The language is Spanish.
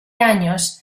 años